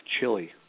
chili